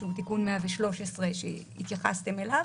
שהוא תיקון מס' 113 שהתייחסתם אליו.